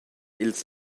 ils